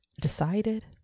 Decided